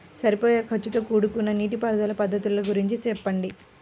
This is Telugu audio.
సరిపోయే ఖర్చుతో కూడుకున్న నీటిపారుదల పద్ధతుల గురించి చెప్పండి?